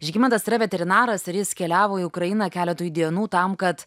žygimantas yra veterinaras ir jis keliavo į ukrainą keletui dienų tam kad